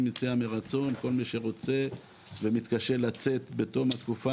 יציאה מרצון לכל מי שרוצה לצאת ומתקשה לצאת בתום התקופה